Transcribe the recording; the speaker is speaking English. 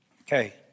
Okay